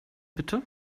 bitte